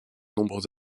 nombreux